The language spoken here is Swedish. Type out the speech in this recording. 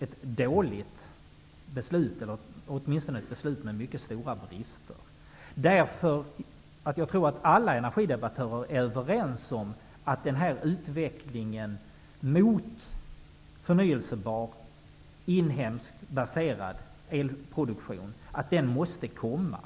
ett dåligt beslut, eller åtminstone ett beslut med mycket stora brister. Jag tror att alla energidebattörer är överens om att utvecklingen mot förnyelsebar inhemskt baserad elproduktion måste komma.